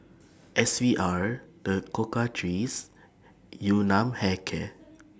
S V R The Cocoa Trees and Yun Nam Hair Care